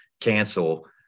cancel